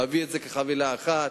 הוא מעביר כחבילה אחת,